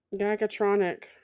Gagatronic